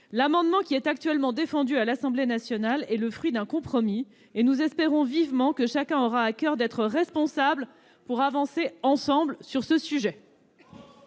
L'amendement actuellement défendu à l'Assemblée nationale est le fruit d'un compromis. Nous espérons vivement que chacun aura à coeur d'être responsable pour avancer ensemble sur ce sujet.